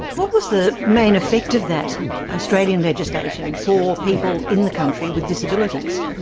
what was the main effect of that australian legislation for people in the country with disabilities?